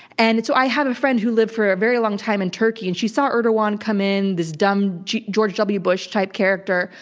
and so, i have a friend who lived for a very long time in turkey and she saw erdogan come in, this dumb george w. bush type character,